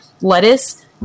lettuce